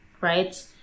right